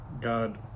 God